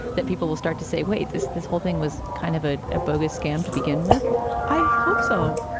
that people will start to say, wait, this this whole thing was kind of a ah bogus scam to begin with i hope so.